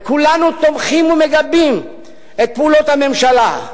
וכולנו תומכים ומגבים את פעולות הממשלה.